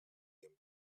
them